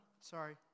sorry